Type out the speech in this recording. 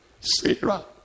Sarah